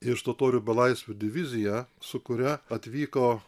iš totorių belaisvių diviziją su kuria atvyko